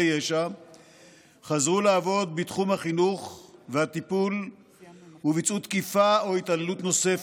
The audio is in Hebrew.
ישע חזרו לעבוד בתחום החינוך והטיפול וביצעו תקיפה או התעללות נוספת.